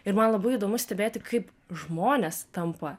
ir man labai įdomu stebėti kaip žmonės tampa